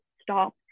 stop